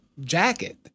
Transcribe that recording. jacket